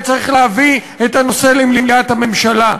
וצריך להביא את הנושא למליאת הממשלה.